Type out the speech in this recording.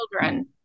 children